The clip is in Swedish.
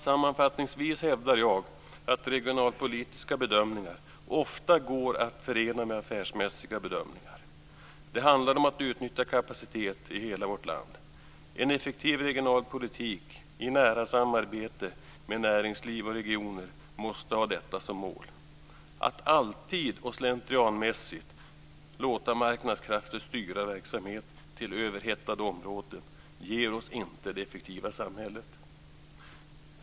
Sammanfattningsvis hävdar jag att regionalpolitiska bedömningar ofta går att förena med affärsmässiga bedömningar. Det handlar om att utnyttja kapacitet i hela vårt land. En effektiv regionalpolitik i nära samarbete med näringsliv och regioner måste ha detta som mål. Att alltid och slentrianmässigt låta marknadskrafter styra verksamhet till överhettade områden ger oss inte det effektiva samhället.